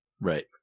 Right